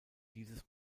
dieses